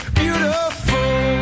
beautiful